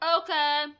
Okay